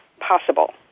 possible